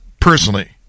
Personally